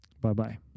bye-bye